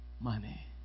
money